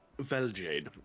Veljade